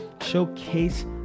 showcase